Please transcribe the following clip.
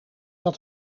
dat